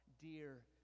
dear